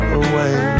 away